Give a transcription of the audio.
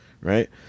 right